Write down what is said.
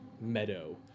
meadow